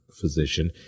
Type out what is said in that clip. physician